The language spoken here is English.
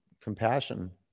compassion